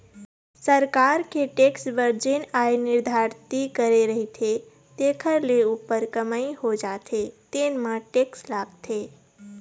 सरकार के टेक्स बर जेन आय निरधारति करे रहिथे तेखर ले उप्पर कमई हो जाथे तेन म टेक्स लागथे